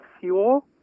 fuel